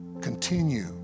continue